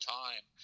time